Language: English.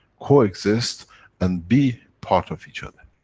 coexist and be part of each other.